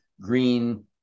green